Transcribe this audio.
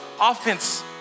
offense